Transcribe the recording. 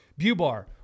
Bubar